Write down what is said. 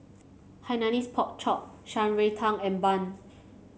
Hainanese Pork Chop Shan Rui Tang and bun